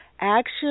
Action